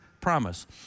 promise